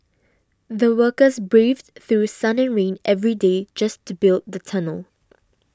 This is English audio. the workers braved through sun and rain every day just to build the tunnel